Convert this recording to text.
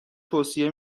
توصیه